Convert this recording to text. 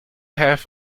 have